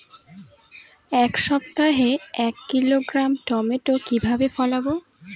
এক সপ্তাহে এক কিলোগ্রাম টমেটো কিভাবে ফলাবো?